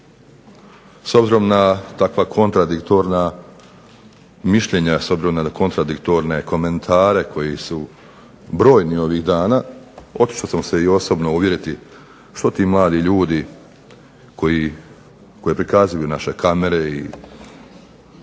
S obzirom na takva kontradiktorna mišljenja, s obzirom na kontradiktorne komentare koji su brojni ovih dana, otišao sam se i osobno uvjeriti što ti mladi ljudi koje prikazuju naše kamere i